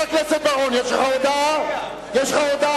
רק רגע, יש לי הודעה.